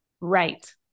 Right